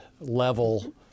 level